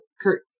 Kurt